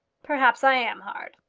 perhaps i am hard.